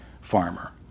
farmer